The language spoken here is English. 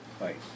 right